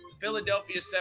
Philadelphia